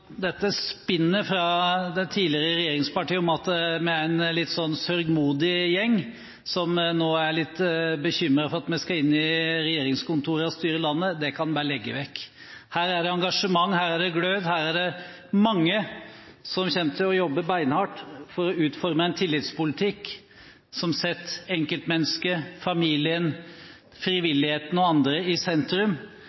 dette spinnet fra de tidligere regjeringspartiene om at vi er en litt sånn sørgmodig gjeng som nå er litt bekymret for at vi skal inn i regjeringskontorene og styre landet, kan en bare legge vekk. Her er det engasjement, her er det glød, her er det mange som kommer til å jobbe beinhardt for å utforme en tillitspolitikk som setter enkeltmennesket, familien,